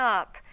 up